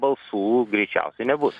balsų greičiausiai nebus